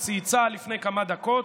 שצייצה לפני כמה דקות